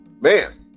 man